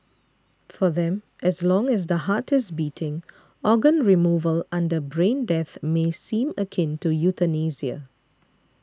for them as long as the heart is beating organ removal under brain death may seem akin to euthanasia